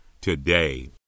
today